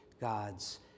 God's